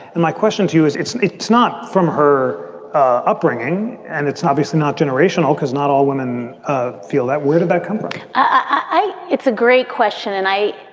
and my question to you is it's it's not from her upbringing and it's obviously not generational because not all women ah feel that. where did that come from? i it's a great question. and i